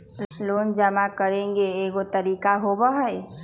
Loan जमा करेंगे एगो तारीक होबहई?